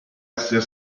esser